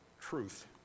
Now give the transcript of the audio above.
truth